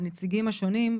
הנציגים השונים,